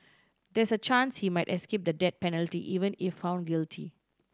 there's a chance he might escape the death penalty even if found guilty